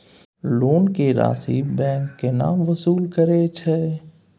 Loan के राशि bank केना वसूल करे छै?